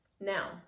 now